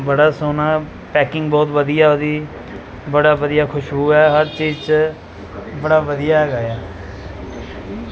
ਬੜਾ ਸੋਹਣਾ ਪੈਕਿੰਗ ਬਹੁਤ ਵਧੀਆ ਉਹਦੀ ਬੜਾ ਵਧੀਆ ਖੁਸ਼ਬੂ ਹੈ ਹਰ ਚੀਜ਼ 'ਚ ਬੜਾ ਵਧੀਆ ਹੈਗਾ ਆ